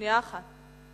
שאלת הבהרה על התשובה.